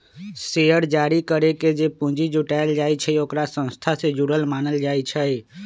share जारी करके जे पूंजी जुटाएल जाई छई ओकरा संस्था से जुरल मानल जाई छई